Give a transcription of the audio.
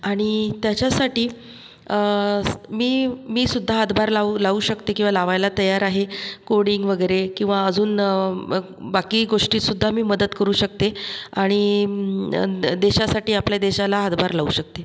आणि त्याच्यासाठी मी मी सुद्धा हातभार लावू लावू शकते किंवा लावायला तयार आहे कोडींग वगैरे किंवा अजून बाकी गोष्टीत सुद्धा मी मदत करू शकते आणि द देशासाठी आपल्या देशाला हातभार लावू शकते